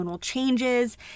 changes